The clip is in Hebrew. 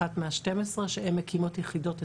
אחת מה-12 שהן מקימות יחידות אצלן.